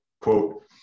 quote